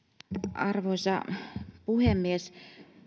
arvoisa puhemies